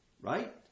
Right